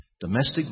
domestic